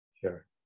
Sure